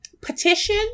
petition